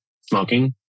smoking